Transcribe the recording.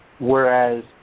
whereas